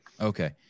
Okay